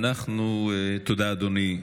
תודה, אדוני.